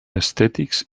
estètics